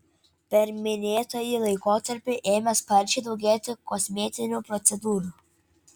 per minėtąjį laikotarpį ėmė sparčiai daugėti kosmetinių procedūrų